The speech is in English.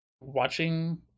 watching